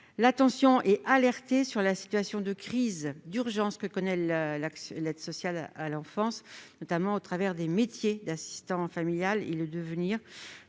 l'attention sur la situation de crise et d'urgence que connaît l'aide sociale à l'enfance, notamment au travers du métier d'assistant familial, et sur le devenir